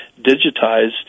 digitized